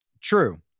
True